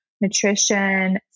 nutrition